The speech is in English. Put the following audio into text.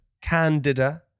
candida